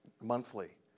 monthly